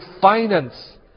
finance